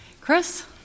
Chris